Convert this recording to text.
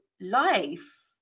life